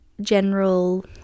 general